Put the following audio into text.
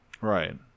Right